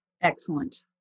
Excellent